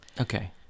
Okay